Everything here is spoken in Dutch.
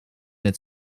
het